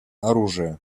оружие